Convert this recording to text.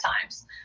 times